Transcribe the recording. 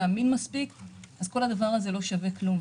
אמין מספיק אז כל הדבר הזה לא שווה כלום.